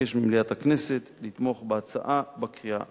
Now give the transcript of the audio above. אבקש ממליאת הכנסת לתמוך בהצעה בקריאה ראשונה.